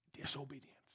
disobedience